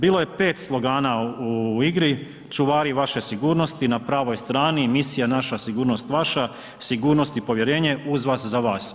Bilo je 5 slogana u igri, „Čuvari vaše sigurnosti“, „Na pravoj strani“, Misija: naša sigurnost, vaša sigurnost“ i „Sigurnost i povjerenje“ „Uz vas za vas“